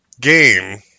game